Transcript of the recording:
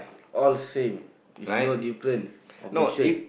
all same it's not different of the shape